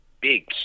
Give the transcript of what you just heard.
big